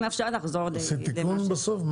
עשית תיקון בסוף?